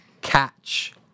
catch